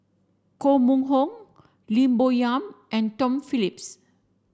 Koh Mun Hong Lim Bo Yam and Tom Phillips